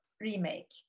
Remake